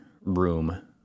room